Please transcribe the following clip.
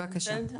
בבקשה.